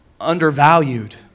undervalued